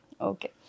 Okay